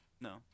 No